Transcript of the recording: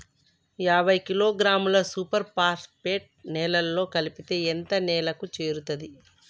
యాభై కిలోగ్రాముల super phosphate నేలలో కలిపితే ఎంత నేలకు చేరుతది?